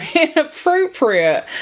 inappropriate